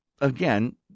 again